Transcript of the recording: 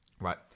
Right